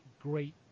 Great